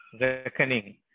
reckoning